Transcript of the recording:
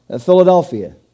Philadelphia